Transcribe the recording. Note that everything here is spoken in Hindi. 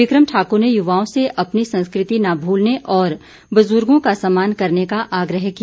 बिक्रम ठाकुर ने यूवाओं से अपनी संस्कृति न भूलने और बुजुर्गो का सम्मान करने का आग्रह किया